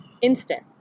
instant